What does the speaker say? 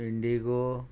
indigo